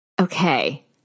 Okay